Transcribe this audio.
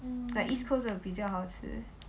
like 的 east coast 比较好吃